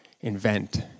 invent